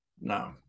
No